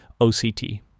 OCT